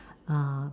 uh